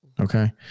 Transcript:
okay